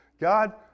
God